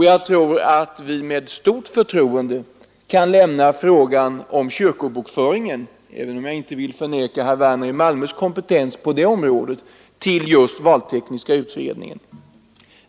Jag tror att vi med stort förtroende kan lämna frågan om kyrkobokföring — även om jag inte vill bestrida herr Werners i Malmö kompetens på det området — till valtekniska utredningen.